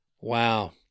Wow